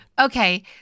Okay